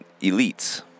elites